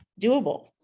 doable